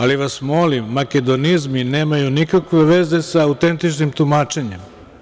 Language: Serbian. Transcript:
Molim vas, makedonizmi nemaju nikakve veze sa autentičnim tumačenjem.